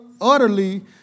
utterly